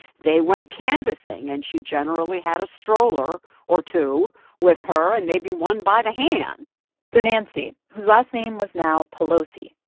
they went canvassing, and she generally had a stroller or two with her and maybe one by the hand so nancy, whose last name was now pelosi,